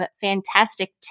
fantastic